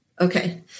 okay